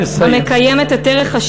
נא לסיים.